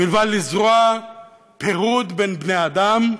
מלבד לזרוע פירוד בין בני אדם,